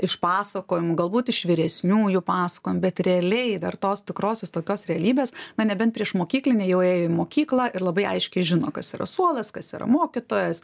iš pasakojimų galbūt iš vyresniųjų pasakojimų bet realiai dar tos tikrosios tokios realybės na nebent priešmokyklinėj jau ėjo į mokyklą ir labai aiškiai žino kas yra suolas kas yra mokytojas